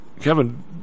Kevin